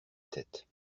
tête